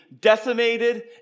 decimated